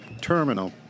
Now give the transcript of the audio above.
terminal